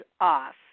off